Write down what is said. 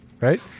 right